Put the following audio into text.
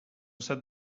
set